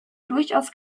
durchaus